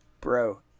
Bro